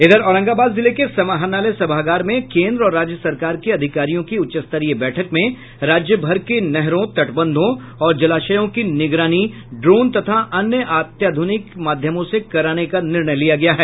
इधर औरंगाबाद जिले के समाहरणालय सभागार में केन्द्र और राज्य सरकार के अधिकारियों की उच्च स्तरीय बैठक में राज्य भर के नहरों तटबंधों और जलाशयों की निगरानी ड्रोन तथा अन्य अत्याध्रनिक माध्यमों से कराने का निर्णय लिया गया है